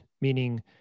meaning